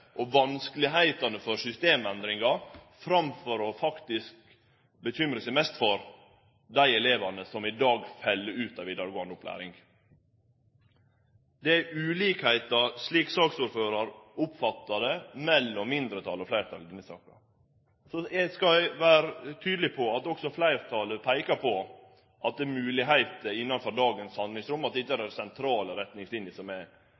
og vanskane ved systemendringa framfor faktisk å bekymre seg mest for dei elevane som i dag fell ut av vidaregåande opplæring. Det er forskjellen, slik saksordføraren oppfattar det, mellom mindretalet og fleirtalet i denne saka. Så skal eg vere tydeleg på at også fleirtalet peikar på at det er moglegheiter innanfor dagens handlingsrom, og at det ikkje er dei sentrale retningslinjene som er